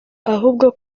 ahubwo